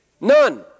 None